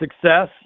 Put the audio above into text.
success